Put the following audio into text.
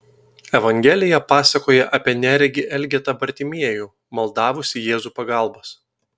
evangelija pasakoja apie neregį elgetą bartimiejų maldavusį jėzų pagalbos